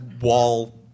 wall